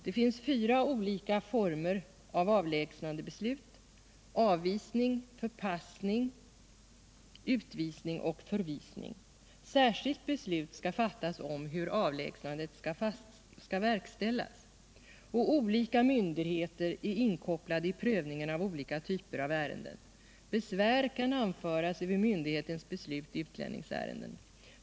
Det finns fyra olika former av avlägsnandebeslut: avvisning, förpassning, utvisning och förvisning. Särskilt beslut skall fattas om hur avlägsnandet skall verkställas. Olika myndigheter är inkopplade i prövningen av olika typer av ärenden. Besvär kan anföras över myndighetens beslut i utlänningsärenden.